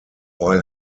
while